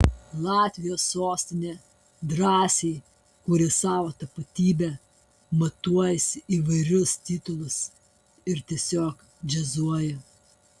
latvijos sostinė drąsiai kuria savo tapatybę matuojasi įvairius titulus ir tiesiog džiazuoja